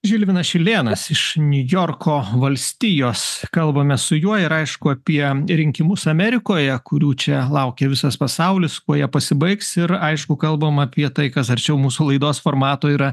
žilvinas šilėnas iš niujorko valstijos kalbame su juo ir aišku apie rinkimus amerikoje kurių čia laukia visas pasaulis kuo jie pasibaigs ir aišku kalbam apie tai kas arčiau mūsų laidos formato yra